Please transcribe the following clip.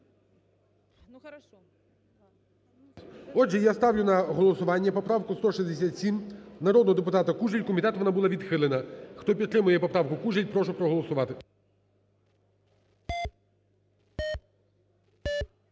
Отже, я ставлю на голосування поправку 167 народного депутата Кужель. Комітетом вона була відхилена. Хто підтримує поправку Кужель, прошу проголосувати.